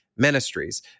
ministries